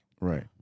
Right